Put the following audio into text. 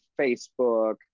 facebook